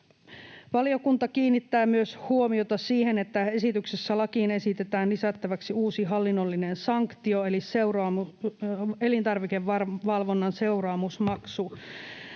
Valiokunta kiinnittää huomiota myös siihen, että esityksessä lakiin esitetään lisättäväksi uusi hallinnollinen sanktio eli elintarvikevalvonnan seuraamusmaksu.